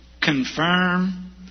Confirm